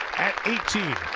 eighteen.